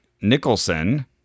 Nicholson